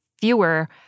fewer